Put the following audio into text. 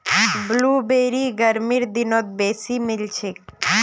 blueberry गर्मीर दिनत बेसी मिलछेक